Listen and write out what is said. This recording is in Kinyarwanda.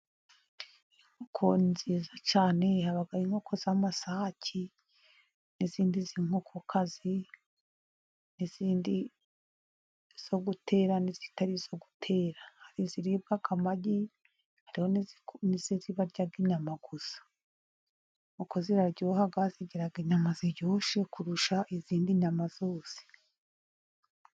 Inkoko nziza cyane haba inkoko z'amasake n'izindi z'i nkokokazi n'izindi zo gutera n'izitarizo gutera, hari iziribwa amagi hari nizo barya inyama gusa, inkoko ziraryoha zigira inyama ziryoshye kurusha izindi nyama zose.